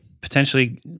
potentially